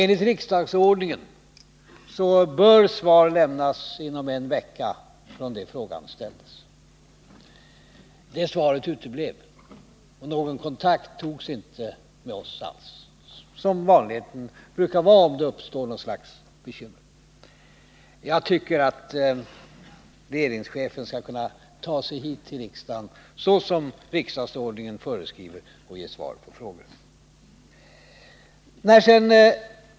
Enligt riksdagsordningen bör svar lämnas inom en vecka från det att en fråga ställts. Så skedde inte i det här fallet. Någon kontakt togs inte heller med oss, vilket är vanligt om det uppstår problem i sådana här sammanhang. Jag tycker att regeringschefen borde kunna ta sig hit till riksdagen inom den tid som riksdagsordningen föreskriver och ge svar på frågor.